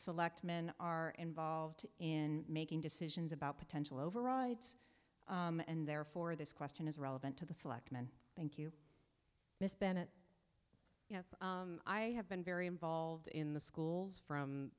selectmen are involved in making decisions about potential overrides and therefore this question is relevant to the selectmen thank you miss bennett you know i have been very involved in the schools from